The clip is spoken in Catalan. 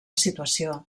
situació